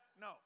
No